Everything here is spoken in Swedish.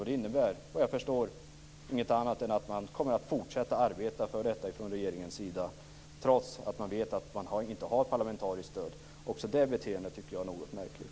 Det innebär, vad jag förstår, inget annat än att man kommer att arbeta för detta från regeringens sida trots att man vet att man inte har parlamentariskt stöd. Också det beteendet tycker jag är något märkligt.